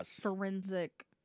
forensic